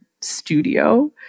studio